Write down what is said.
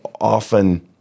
often